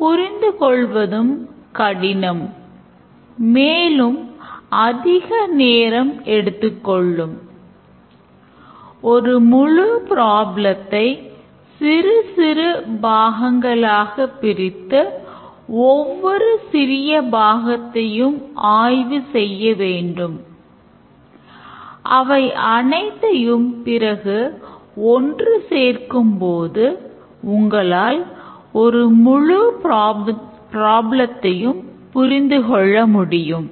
புரிந்து கொள்ள முடியும்